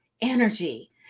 energy